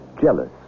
jealous